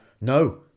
No